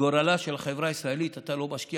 בגורלה של החברה הישראלית אתה לא משקיע